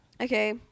Okay